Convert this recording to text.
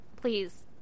please